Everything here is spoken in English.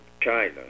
China